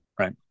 Right